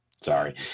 sorry